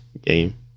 game